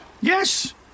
Yes